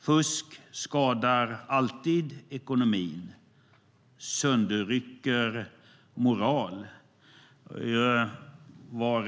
Fusk skadar alltid ekonomin och söndertrasar moralen.